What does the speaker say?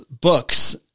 books